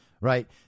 right